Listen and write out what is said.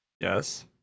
Yes